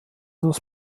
das